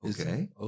Okay